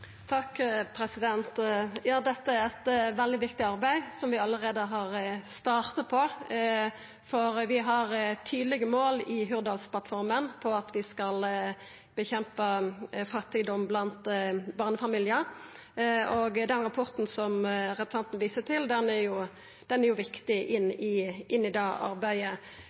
Ja, dette er eit veldig viktig arbeid som vi allereie har starta på, for vi har tydelege mål i Hurdalsplattforma om at vi skal kjempa mot fattigdom blant barnefamiliar, og den rapporten som representanten viser til, er viktig i det arbeidet. Barn som veks opp i vedvarande fattigdom, har auka risiko for utanforskap og marginalisering. Det